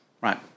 Right